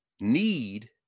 need